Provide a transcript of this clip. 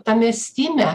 tame stime